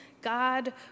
God